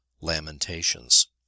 Lamentations